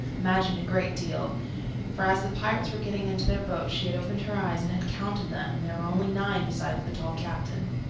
imagined a great deal for as the pirates were getting into their boat she had opened her eyes and had counted them, and there were only nine beside the tall captain.